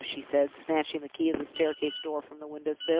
go! she said, snatching the key of the staircase door from the window-sill.